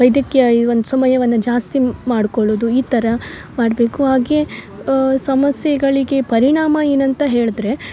ವೈದ್ಯಕೀಯ ಈ ಒಂದು ಸಮಯವನ್ನ ಜಾಸ್ತಿ ಮಾಡ್ಕೊಳ್ಳುದು ಈ ಥರ ಮಾಡಬೇಕು ಹಾಗೆ ಸಮಸ್ಯೆಗಳಿಗೆ ಪರಿಣಾಮ ಏನಂತ ಹೇಳ್ದ್ರೆ